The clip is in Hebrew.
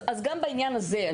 אז גם בעניין הזה,